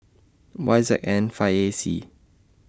Y Z N five A C